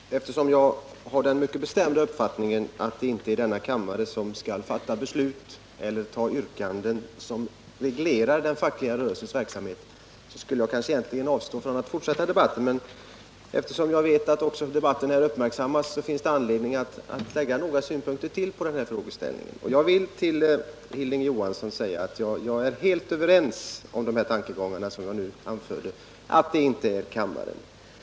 Herr talman! Eftersom jag har den mycket bestämda uppfattningen att det inte är denna kammare som skall fatta beslut i den här frågan genom att bifalla yrkanden som reglerar den fackliga arbetarrörelsens verksamhet, skulle jag kanske ha avstått från att fortsätta debatten. Men eftersom jag vet att debatten här också uppmärksammas, finns det anledning att lägga fram några synpunkter på den här frågeställningen. Jag vill till Hilding Johansson säga att jag är helt överens med honom om de tankegångar som han nyss anförde, att det inte är kammaren som skall bestämma.